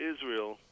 Israel